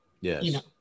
Yes